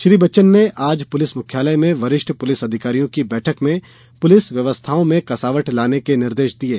श्री बच्चन ने आज पुलिस मुख्यालय में वरिष्ठ पुलिस अधिकारियों की बैठक में पुलिस व्यवस्थाओं में कसावट लाने के निर्देश दिये